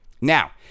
now